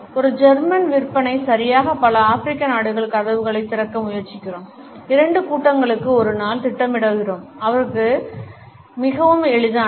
ஒரு ஜெர்மன் விற்பனை சரியாக பல ஆபிரிக்க நாடுகளில் கதவுகளைத் திறக்க முயற்சிக்கிறோம் இரண்டு கூட்டங்களுக்கு ஒரு நாள் திட்டமிடுகிறோம் அவருக்கு மிகவும் எளிதானது